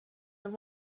have